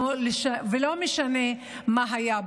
לא משנה מה היה,